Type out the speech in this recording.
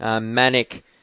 manic